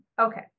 Okay